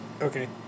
okay